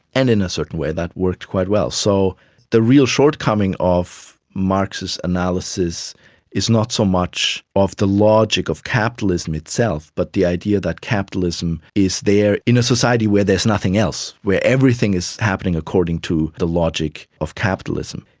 and in a certain way that worked quite well. so the real shortcoming of marxist analysis is not so much of the logic of capitalism itself but the idea that capitalism is there in a society where there is nothing else, where everything is happening according to the logic of capitalism.